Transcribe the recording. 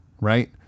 right